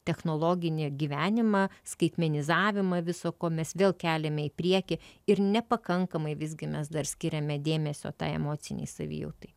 technologinį gyvenimą skaitmenizavimą viso ko mes vėl keliame į priekį ir nepakankamai visgi mes dar skiriame dėmesio tai emocinei savijautai